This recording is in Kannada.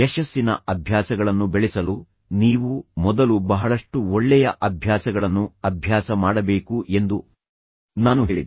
ಯಶಸ್ಸಿನ ಅಭ್ಯಾಸಗಳನ್ನು ಬೆಳೆಸಲು ನೀವು ಮೊದಲು ಬಹಳಷ್ಟು ಒಳ್ಳೆಯ ಅಭ್ಯಾಸಗಳನ್ನು ಅಭ್ಯಾಸ ಮಾಡಬೇಕು ಎಂದು ನಾನು ಹೇಳಿದೆ